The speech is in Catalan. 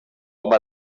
home